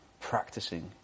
practicing